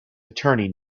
attorney